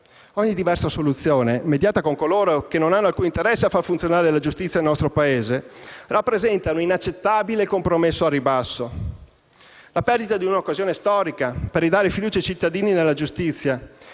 Ogni diversa soluzione, mediata con coloro che non hanno alcun interesse a far funzionare la giustizia nel nostro Paese, rappresenta un inaccettabile compromesso al ribasso. Si perde un'occasione storica per ridare fiducia ai cittadini nella giustizia,